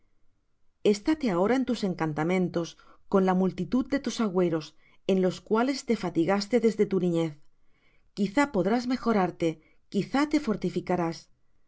ti estáte ahora en tus encantamentos y con la multitud de tus agüeros en los cuales te fatigaste desde tu niñez quizá podrás mejorarte quizá te fortificarás